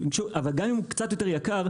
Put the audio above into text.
אבל גם אם הוא קצת יותר יקר,